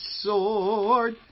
sword